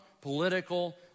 political